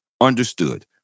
Understood